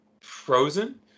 frozen